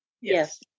Yes